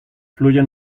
fluye